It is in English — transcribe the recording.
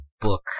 book